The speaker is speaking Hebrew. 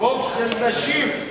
של נשים.